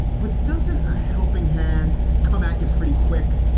but doesn't a helping hand come at you pretty quick?